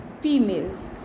females